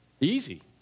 Easy